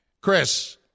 Chris